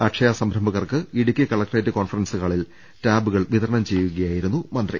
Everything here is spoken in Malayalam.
അക്ഷയ സംരംഭകർക്ക് ഇടുക്കി കലക്ടറേറ്റ് കോൺഫ റൻസ് ഹാളിൽ ടാബുകൾ വിതരണം ചെയ്യുകയായിരുന്നു മന്ത്രി